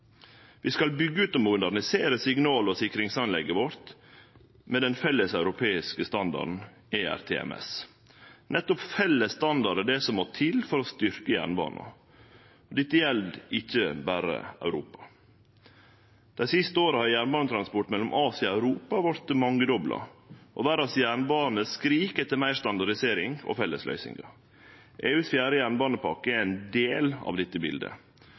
Vi skal byggje ut og modernisere signal- og sikringsanlegget vårt med den felleseuropeiske standarden ERTMS. Nettopp felles standardar er det som må til for å styrkje jernbanen, og dette gjeld ikkje berre Europa. Dei siste åra har jernbanetransport mellom Asia og Europa vorte mangedobla, og verdas jernbanar skrik etter meir standardisering og felles løysingar. EUs fjerde jernbanepakke er ein del av dette